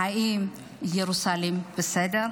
האם ירושלים בסדר?